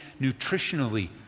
nutritionally